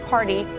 Party